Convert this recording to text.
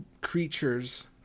creatures